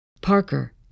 Parker